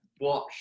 watch